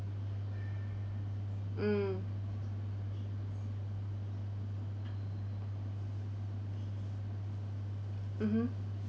mm mmhmm